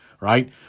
right